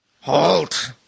Halt